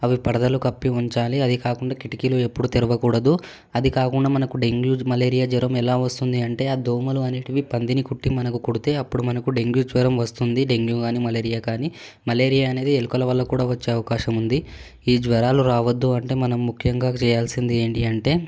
అవి పడదలు కప్పి ఉంచాలి అది కాకుండా కిటికీలు ఎప్పుడు తిరగకూడదు అది కాకుండా మనకు డెంగ్యూ మలేరియా జ్వరం ఎలా వస్తుంది అంటే ఆ దోమలు అనేటివి పందిని కొట్టి మనకు కొడితే అప్పుడు మనకు డెంగ్యూ జ్వరం వస్తుంది డెంగ్యూ గానీ మలేరియా కానీ మలేరియా అనేది ఎలుకల వల్ల కూడా వచ్చే అవకాశం ఉంది ఈ జ్వరాలు రావద్దు అంటే మనం ముఖ్యంగా చేయాల్సింది ఏంటి అంటే